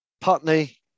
Putney